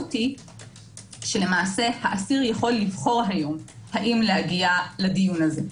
המשמעות היא שהאסיר יכול לבחור היום האם להגיע לדיון הזה.